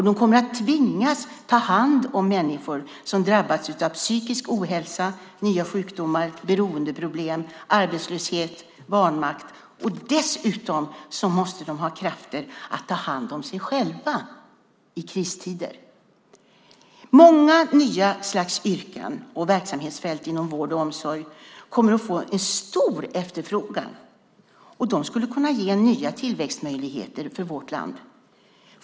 De kommer att tvingas ta hand om människor som har drabbats av psykisk ohälsa, nya sjukdomar, beroendeproblem, arbetslöshet och vanmakt, och dessutom måste de ha krafter att ta hand om sig själva i kristider. Många nya slags yrken och verksamhetsfält inom vård och omsorg kommer att få en stor efterfrågan, och de skulle kunna ge nya tillväxtmöjligheter för vårt land.